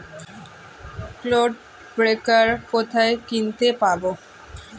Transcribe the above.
Clod breaker কোথায় কিনতে পাব?